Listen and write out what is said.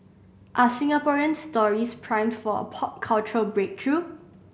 are Singaporean stories primed for a pop cultural breakthrough